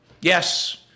yes